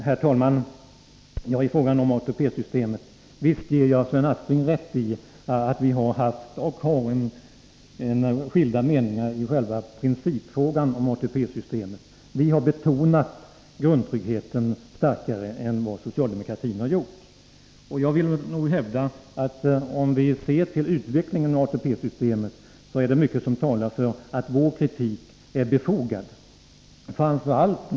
Herr talman! Visst ger jag Sven Aspling rätt i att vi har haft och har skilda meningar i själva principfrågan när det gäller ATP-systemet. Vi har betonat grundtryggheten starkare än vad socialdemokratin har gjort. Jag vill nog hävda att om man ser på utvecklingen av ATP-systemet, så finner man att mycket talar för att vår kritik är befogad.